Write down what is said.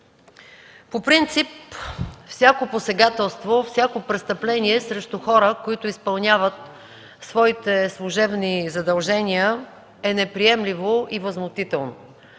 По принцип всяко посегателство, всяко престъпление срещу хора, които изпълняват своите служебни задължения, е неприемливо и възмутително,